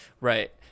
Right